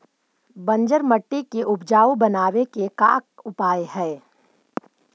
बंजर मट्टी के उपजाऊ बनाबे के का उपाय है?